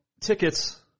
tickets